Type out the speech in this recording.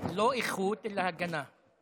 לא, אני מדבר על תיירים לא ישראלים.